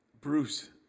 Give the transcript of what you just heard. Bruce